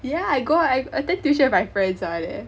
yeah I go I at~ attend tuition with my friends [one] leh